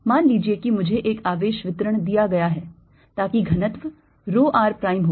मान लीजिए कि मुझे एक आवेश वितरण दिया गया है ताकि घनत्व rho r प्राइम हो